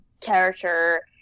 character